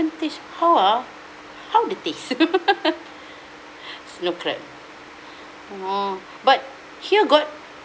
taste how ah how the taste snow crab oh but here got